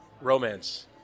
romance